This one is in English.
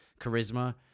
charisma